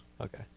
Okay